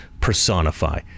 personify